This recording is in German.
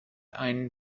einen